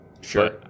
Sure